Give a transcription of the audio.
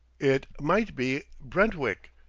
it might be brentwick,